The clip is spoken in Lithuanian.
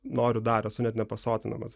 noriu dar esu net nepasotinamas